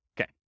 Okay